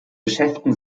geschäften